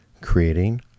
creating